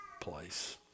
place